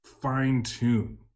fine-tune